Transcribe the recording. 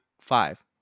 five